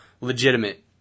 legitimate